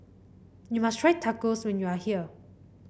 you must try Tacos when you are here